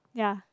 ya